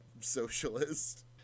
socialist